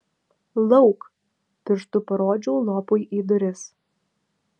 lauk pirštu parodžiau lopui į duris